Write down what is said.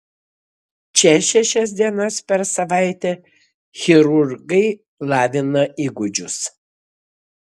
čia šešias dienas per savaitę chirurgai lavina įgūdžius